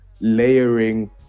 layering